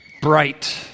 bright